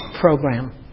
program